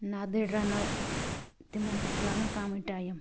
نَدٕرۍ رَنو تِمَن تہِ چھُ لَگان کَمٕے ٹایِم